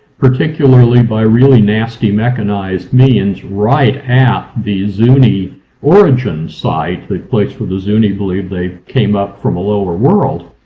particularly by really nasty mechanized means, right at the zuni origin site, that place where the zuni believe they came up from a lower world,